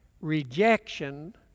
rejection